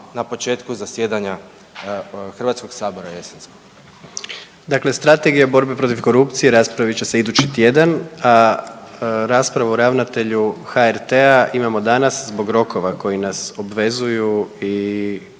na početku zasjedanja HS-a jesenskog. **Jandroković, Gordan (HDZ)** Dakle, Strategija borbe protiv korupcije raspravit će se idući tjedan, a raspravu o ravnatelju HRT-a imamo danas zbog rokova koji nas obvezuju i